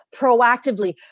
proactively